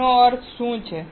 તેનો અર્થ શું છે